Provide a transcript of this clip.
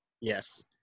Yes